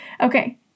okay